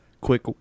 quick